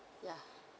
yeah